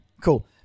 cool